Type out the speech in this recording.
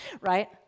right